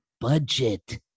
budget